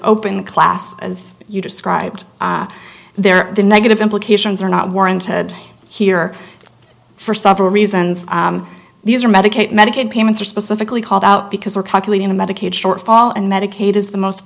open class as you described there the negative implications are not warranted here for several reasons these are medicaid medicaid payments are specifically called out because we're calculating the medicaid shortfall and medicaid is the most